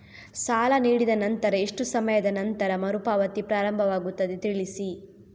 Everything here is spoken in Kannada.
ಸಾಲ ನೀಡಿದ ನಂತರ ಎಷ್ಟು ಸಮಯದ ನಂತರ ಮರುಪಾವತಿ ಪ್ರಾರಂಭವಾಗುತ್ತದೆ ತಿಳಿಸಿ?